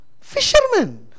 Fishermen